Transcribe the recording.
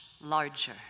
larger